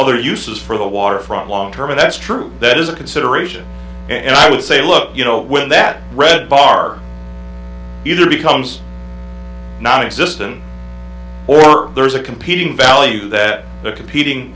other uses for the waterfront long term that's true that is a consideration and i would say look you know when that red bar either becomes nonexistent or there's a competing value that the competing